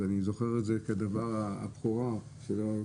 אז אני זוכר את זה כפעילות הבכורה שלי.